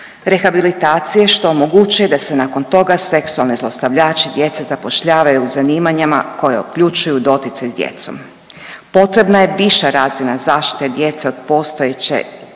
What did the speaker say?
rehabilitaciji što omogućuje da se nakon toga seksualni zlostavljači djece zapošljavaju u zanimanjima koja uključuju doticaj s djecom. Potrebna je viša razina zaštite djece od postojeće